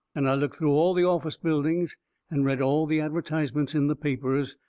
and i looked through all the office buildings and read all the advertisements in the papers.